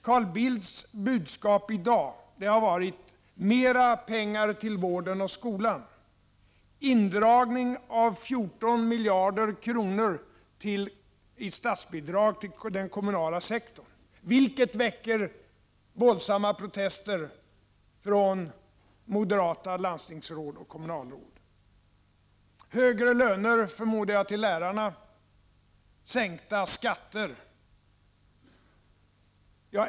Carl Bildts budskap i dag har varit mera pengar till vården och skolan, indragning av 14 miljarder kronor i statsbidrag till den kommunala sektorn — vilket väcker våldsamma protester från moderata landstingsoch kommunalråd — högre löner, till lärarna förmodar jag, och sänkta skatter.